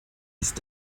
ist